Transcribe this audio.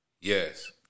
Yes